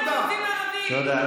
תודה.